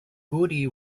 goody